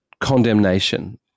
condemnation